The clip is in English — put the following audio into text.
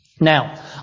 Now